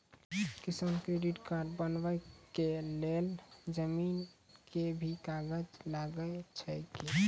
किसान credit card बनबा के लेल जमीन के भी कागज लागै छै कि?